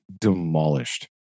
demolished